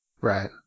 Right